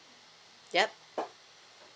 yup